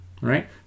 right